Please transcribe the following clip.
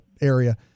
area